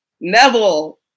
Neville